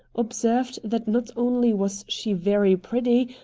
observed that not only was she very pretty,